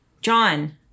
John